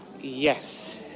Yes